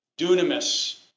Dunamis